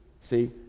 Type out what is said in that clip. See